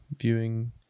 viewing